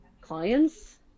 clients